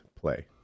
play